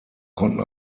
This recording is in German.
konnten